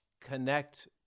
connect